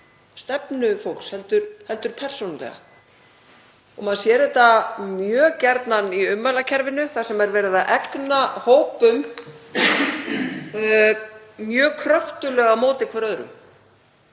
stefnu fólks heldur persónulega. Maður sér þetta mjög gjarnan í ummælakerfinu, þar er verið að egna hópum mjög kröftuglega á móti hvor öðrum.